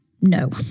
No